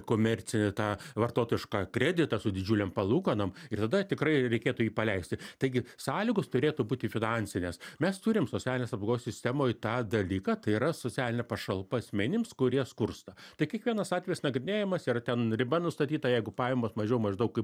komercinį tą vartotojišką kreditą su didžiulėm palūkanom ir tada tikrai reikėtų jį paleisti taigi sąlygos turėtų būti finansinės mes turim socialinės apsaugos sistemoj tą dalyką kai yra socialinė pašalpa asmenims kurie skursta tai kiekvienas atvejis nagrinėjamas ir ten riba nustatyta jeigu pajamos mažiau maždaug kaip